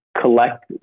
collect